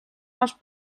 les